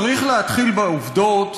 צריך להתחיל בעובדות,